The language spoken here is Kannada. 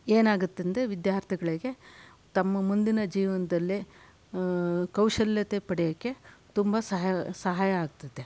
ಏನಾಗತ್ತಂದರೆ ವಿದ್ಯಾರ್ಥಿಗಳಿಗೆ ತಮ್ಮ ಮುಂದಿನ ಜೀವನದಲ್ಲಿ ಕೌಶಲ್ಯತೆ ಪಡೆಯೋಕ್ಕೆ ತುಂಬ ಸಹಾಯ್ ಸಹಾಯ ಆಗತ್ತೆ